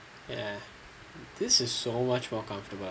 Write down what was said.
ya this is so much more comfortable